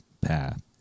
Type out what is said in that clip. path